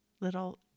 little